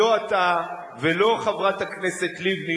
לא אתה ולא חברת הכנסת לבני,